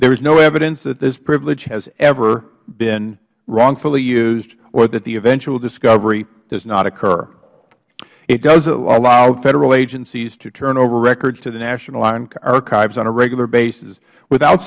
there is no evidence that this privilege has ever been wrongfully used or that the eventual discovery does not occur it does allow federal agencies to turn over records to the national archives on a regular basis without